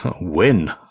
win